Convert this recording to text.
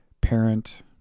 parent